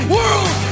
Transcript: World